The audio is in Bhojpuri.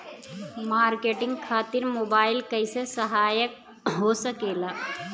मार्केटिंग खातिर मोबाइल कइसे सहायक हो सकेला?